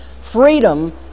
Freedom